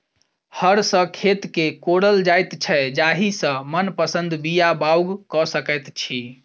हर सॅ खेत के कोड़ल जाइत छै जाहि सॅ मनपसंद बीया बाउग क सकैत छी